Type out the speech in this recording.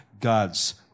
God's